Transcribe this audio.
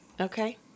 okay